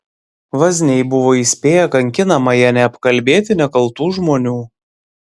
vazniai buvo įspėję kankinamąją neapkalbėti nekaltų žmonių